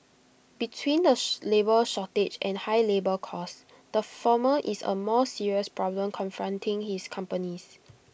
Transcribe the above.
between the labour shortage and high labour costs the former is A more serious problem confronting his companies